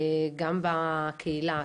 גם בקהילה,